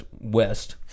West